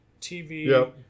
TV